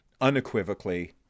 Unequivocally